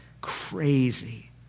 crazy